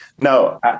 No